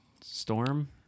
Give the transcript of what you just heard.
storm